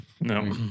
No